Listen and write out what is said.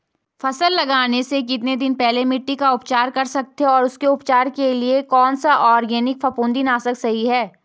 फसल लगाने से कितने दिन पहले मिट्टी का उपचार कर सकते हैं और उसके उपचार के लिए कौन सा ऑर्गैनिक फफूंदी नाशक सही है?